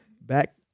back